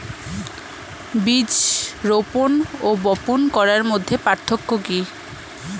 বীজ রোপন ও বপন করার মধ্যে পার্থক্য কি?